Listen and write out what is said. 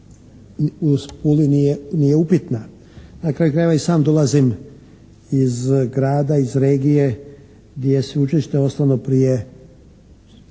u Puli nije upitna. Na kraju krajeva i sam dolazim iz grada, iz regije gdje je sveučilište osnovano prije